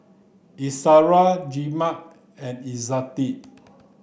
Izara Jebat and Izzati